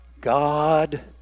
God